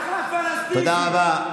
תודה רבה.